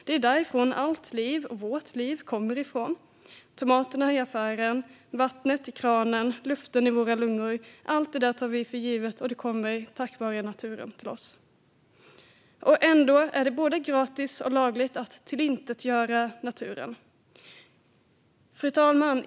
Det är därifrån allt liv och vårt liv kommer: tomaterna i affären, vattnet i kranen och luften i våra lungor. Allt detta tar vi för givet, och det kommer tack vare naturen till oss. Ändå är det både gratis och lagligt att tillintetgöra naturen. Fru talman!